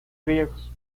griegos